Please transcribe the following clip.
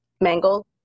Mangled